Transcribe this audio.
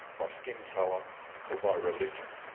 by skin color or by religion.